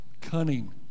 cunning